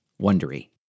Wondery